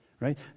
right